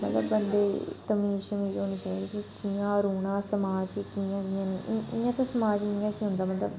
मतलब बंदे गी तमीज़ शमीज़ होनी चाहिदी गी कियां रौह्ना समाज च कियां कियां नेईं इ'यां ते समाज च इ'यां गै होंदा मतलब